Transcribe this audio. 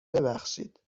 ببخشید